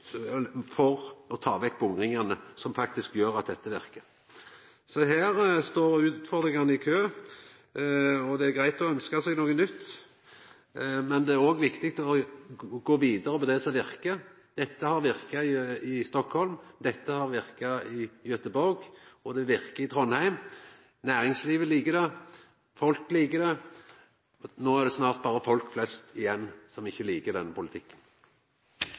for å ta vekk bomringane, noko som faktisk gjer at dette verkar. Så her står utfordringane i kø. Det er greitt å ønskja seg noko nytt, men det er òg viktig å gå vidare med det som verkar. Dette har verka i Stockholm, det har verka i Gøteborg, og det verkar i Trondheim. Næringslivet likar det, folk likar det – nå er det snart berre folk flest igjen som ikkje likar denne politikken.